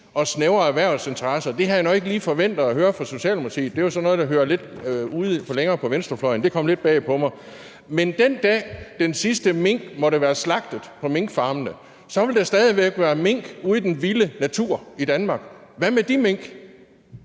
og »snævre erhvervsinteresser«, og det havde jeg nu ikke lige forventet at høre fra Socialdemokratiet. Det er jo sådan noget, der hører til lidt længere ude på venstrefløjen, så det kom lidt bag på mig. Men den dag, den sidste mink måtte være slagtet på minkfarmene, vil der stadig væk være mink ude i den vilde natur i Danmark. Hvad med de mink?